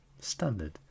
Standard